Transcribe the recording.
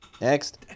Next